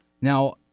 Now